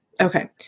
Okay